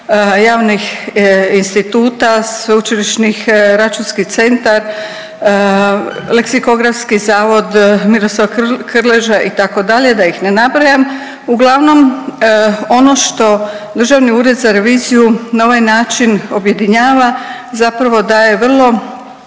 javnih instituta, sveučilišnih računskih centar, Leksikografski zavod Miroslav Krleža itd. da ih ne nabrajam. Uglavnom ono što Državni ured za reviziju na ovaj način objedinjava zapravo daje vrlo